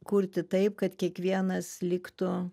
kurti taip kad kiekvienas liktų